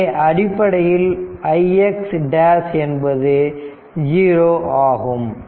எனவே அடிப்படையில் ix ' என்பது 0 ஆகும்